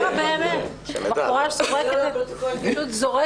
--- סתם, הייתי חייבת להגיד את זה.